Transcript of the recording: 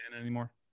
anymore